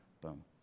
boom